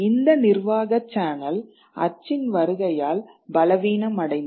இந்த நிர்வாக சேனல் அச்சின் வருகையால் பலவீனமடைந்தது